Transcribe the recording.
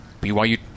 BYU